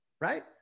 Right